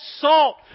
salt